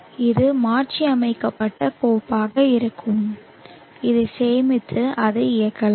எனவே இது மாற்றியமைக்கப்பட்ட கோப்பாக இருக்கும் இதை சேமித்து அதை இயக்கலாம்